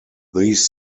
these